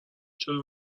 چرا